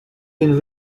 been